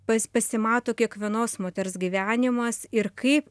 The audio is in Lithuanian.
pas pasimato kiekvienos moters gyvenimas ir kaip